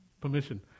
permission